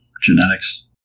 genetics